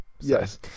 Yes